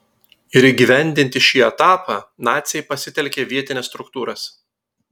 ir įgyvendinti šį etapą naciai pasitelkė vietines struktūras